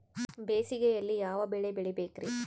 ಬೇಸಿಗೆಯಲ್ಲಿ ಯಾವ ಬೆಳೆ ಬೆಳಿಬೇಕ್ರಿ?